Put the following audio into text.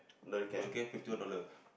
roller care fifty dollar